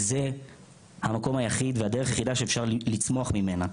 זה המקום היחיד והדרך היחידה שאפשר לצמוח ממנה,